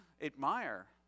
Admire